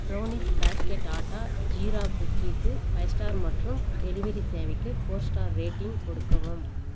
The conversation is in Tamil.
ப்ரௌனீஸ் பாஸ்கெட் ஆட்டா ஜீரா குக்கீக்கு ஃபைவ் ஸ்டார் மற்றும் டெலிவரி சேவைக்கு ஃபோர் ஸ்டார் ரேட்டிங் கொடுக்கவும்